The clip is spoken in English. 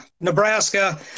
Nebraska